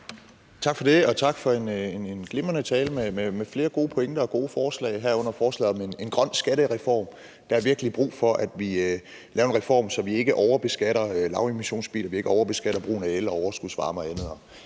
Tak for det, og tak for en glimrende tale med flere gode pointer og gode forslag, herunder forslaget om en grøn skattereform. Der er virkelig brug for, at vi laver en reform, så vi ikke overbeskatter lavemissionsbiler og vi ikke overbeskatter brugen af el og overskudsvarme og andet,